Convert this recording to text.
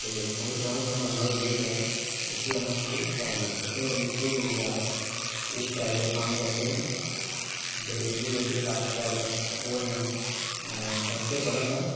ते होर त्र'ऊं च'ऊं सालें दा होई गै गेआ ते उसें स्कूल पाई ओड़ना ते जेह्के मेरे निक्के चाचा न ओह् प्राईवेट कम्म करदे न ते उंदे जेह्के जाक्त ऐ अग्गै ओह् अजें फर्स्ट गै पढ़ा दा ऐ